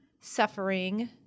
suffering